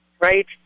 Right